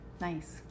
nice